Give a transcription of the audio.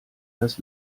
das